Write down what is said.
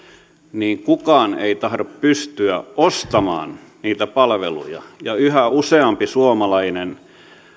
niin kukaan ei tahdo pystyä ostamaan niitä palveluja ja yhä useampi suomalainen